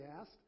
asked